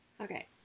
Okay